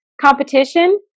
competition